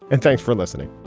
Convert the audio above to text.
and thanks for listening